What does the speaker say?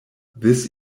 this